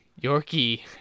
Yorkie